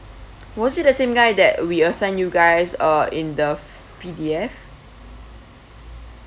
was it the same guy that we are sent you guys uh in the pdf